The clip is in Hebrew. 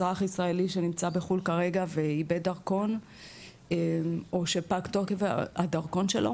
אזרח ישראלי שנמצא בחו"ל כרגע ואיבד דרכון או שפג תוקף הדרכון שלו